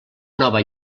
nova